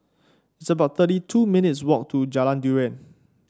it's about thirty two minutes' walk to Jalan Durian